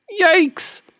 Yikes